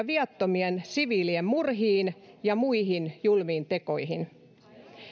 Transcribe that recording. viattomien siviilien murhiin ja muihin julmiin tekoihin